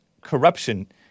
corruption